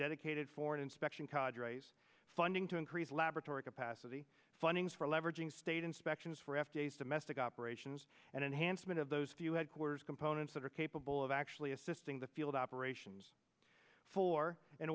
dedicated for inspection cause funding to increase laboratory capacity findings for leveraging state inspections for f days domestic operations and enhancement of those few headquarters components that are capable of actually assisting the field operations for in